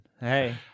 Hey